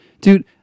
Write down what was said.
Dude